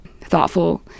thoughtful